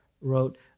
wrote